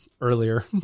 earlier